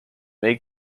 may